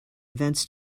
events